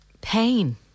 pain